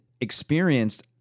experienced